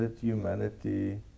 humanity